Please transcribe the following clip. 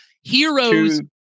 heroes